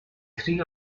three